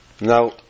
Now